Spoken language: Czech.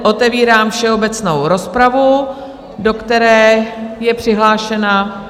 Otevírám všeobecnou rozpravu, do které je přihlášena...